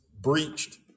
breached